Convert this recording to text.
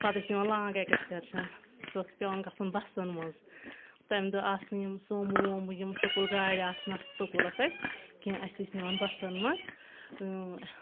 پتہٕ ٲسۍ نِوان لانٛگ ایٚکسکرشن سُہ اوس پؠوان گژھُن بَسَن منٛز تمہِ دۄہ آسنہٕ یِم سومو وومو یِم سکوٗل گاڑِ آسنہٕ سکوٗلس اَسہِ کینٛہہ اسہِ ٲسۍ نِوان بَسَن منٛز